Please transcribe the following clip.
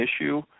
issue